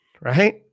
right